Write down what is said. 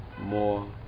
more